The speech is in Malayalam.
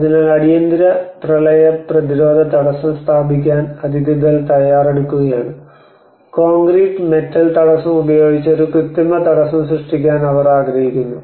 അതിനാൽ അടിയന്തര പ്രളയ പ്രതിരോധ തടസ്സം സ്ഥാപിക്കാൻ അധികൃതർ തയ്യാറെടുക്കുകയാണ് കോൺക്രീറ്റ് മെറ്റൽ തടസ്സം ഉപയോഗിച്ച് ഒരു കൃത്രിമ തടസ്സം സൃഷ്ടിക്കാൻ അവർ ആഗ്രഹിക്കുന്നു